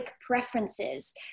preferences